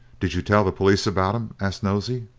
did you tell the police about em? asked nosey.